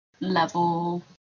level